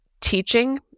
teaching